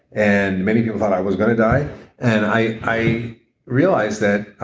and many people thought i was going to die and i i realized that